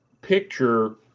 picture